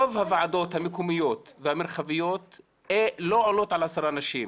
רוב הוועדות המקומיות והמרחביות לא עולות על עשרה אנשים.